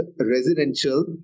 residential